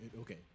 Okay